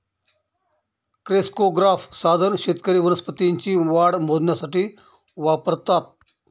crescograph साधन शेतकरी वनस्पतींची वाढ मोजण्यासाठी वापरतात